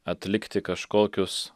atlikti kažkokius